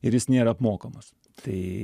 ir jis nėra apmokamas tai